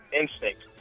instinct